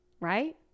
Right